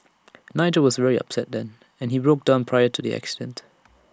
Nigel was very upset then and he broke down prior to the accident